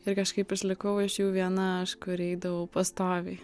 ir kažkaip išlikau iš jų viena aš kuri eidavau pastoviai